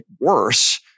worse